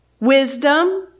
wisdom